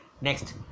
next